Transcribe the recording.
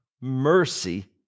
mercy